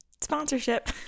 sponsorship